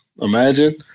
Imagine